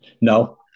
no